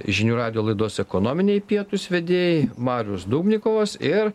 žinių radijo laidos ekonominiai pietūs vedėjai marius dubnikovas ir